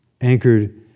anchored